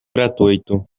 gratuito